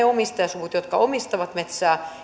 omistajasuvuille jotka omistavat metsää